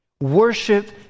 Worship